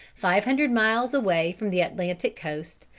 five hundred miles away from the atlantic coast,